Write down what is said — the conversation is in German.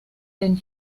den